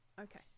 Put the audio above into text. Okay